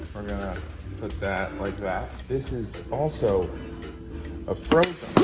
we're gonna put that like that. this is also a frozen